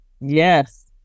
Yes